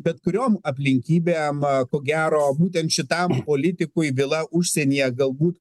bet kuriom aplinkybėm ko gero būtent šitam politikui vila užsienyje galbūt